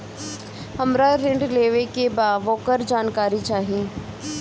हमरा ऋण लेवे के बा वोकर जानकारी चाही